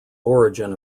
origin